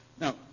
Now